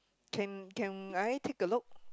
can can I take a look